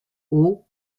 aux